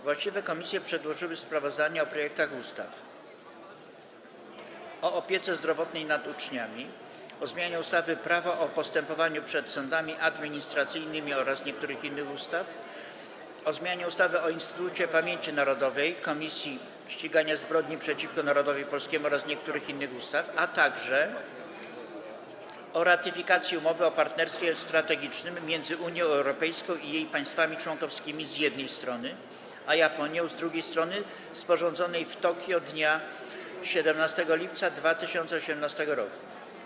Właściwe komisje przedłożyły sprawozdania o projektach ustaw: - o opiece zdrowotnej nad uczniami, - o zmianie ustawy Prawo o postępowaniu przed sądami administracyjnymi oraz niektórych innych ustaw, - o zmianie ustawy o Instytucie Pamięci Narodowej - Komisji Ścigania Zbrodni przeciwko Narodowi Polskiemu oraz niektórych innych ustaw, - o ratyfikacji Umowy o partnerstwie strategicznym między Unią Europejską i jej państwami członkowskimi, z jednej strony, a Japonią, z drugiej strony, sporządzonej w Tokio dnia 17 lipca 2018 r.